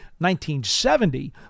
1970